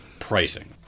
pricing